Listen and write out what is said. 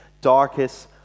darkest